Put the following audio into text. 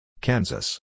Kansas